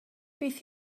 beth